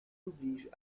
oblige